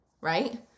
right